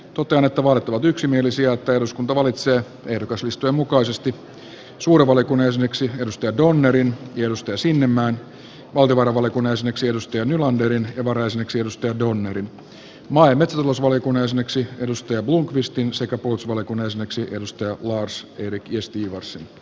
totean että vaalit ovat yksimielisiä ja että eduskunta valitsee ehdokaslistojen mukaisesti suuren valiokunnan jäseniksi jörn donnerin ja anni sinnemäen valtiovarainvaliokunnan jäseneksi mikaela nylanderin ja varajäseneksi jörn donnerin maa ja metsätalousvaliokunnan jäseneksi thomas blomqvistin sekä bush valkonen sääksi ennuste on kuvaus virkistyy juvas